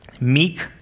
meek